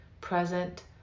present